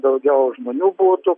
daugiau žmonių butų